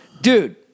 dude